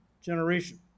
generation